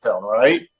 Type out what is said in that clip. right